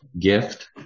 gift